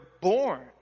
born